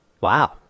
Wow